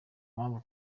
mpamvu